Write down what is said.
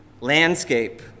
landscape